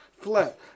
Flat